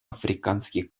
африканских